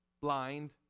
blind